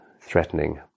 threatening